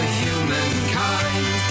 humankind